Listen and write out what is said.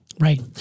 Right